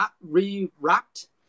re-wrapped